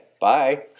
Bye